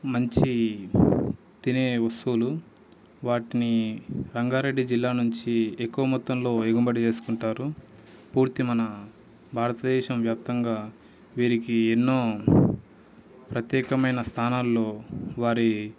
మంచి తినే వస్తువులు వాటిని రంగారెడ్డి జిల్లా నుంచి ఎక్కువ మొత్తంలో ఎగుబడి చేస్కుంటారు పూర్తి మన భారతదేశం వ్యాప్తంగా వీరికి ఎన్నో ప్రత్యేకమైన స్థానాల్లో వారి